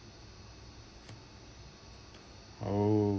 oh